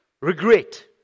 Regret